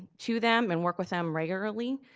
to them and work with them regularly.